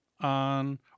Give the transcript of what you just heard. on